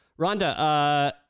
Rhonda